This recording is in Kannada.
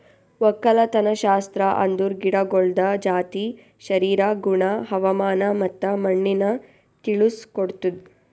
ಒಕ್ಕಲತನಶಾಸ್ತ್ರ ಅಂದುರ್ ಗಿಡಗೊಳ್ದ ಜಾತಿ, ಶರೀರ, ಗುಣ, ಹವಾಮಾನ ಮತ್ತ ಮಣ್ಣಿನ ತಿಳುಸ್ ಕೊಡ್ತುದ್